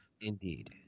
indeed